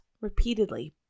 repeatedly